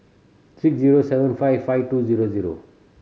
six zero seven five five two zero zero